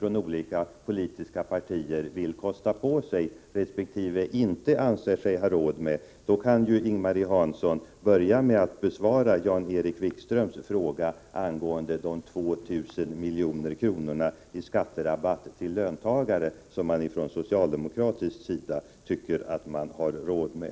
vad olika politiska partier vill kosta på sig resp. inte anser sig ha råd med, kan hon börja med att besvara Jan-Erik Wikströms fråga angående de 2 000 milj.kr. i skatterabatt till löntagarna som socialdemokraterna tycker att man har råd med.